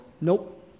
Nope